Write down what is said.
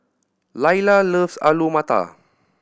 Lailah loves Alu Matar